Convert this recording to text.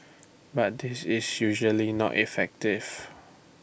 but this is usually not effective